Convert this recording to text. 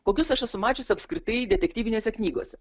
kokius aš esu mačiusi apskritai detektyvinėse knygose